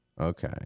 Okay